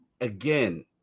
again